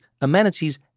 amenities